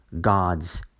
God's